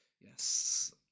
Yes